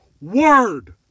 word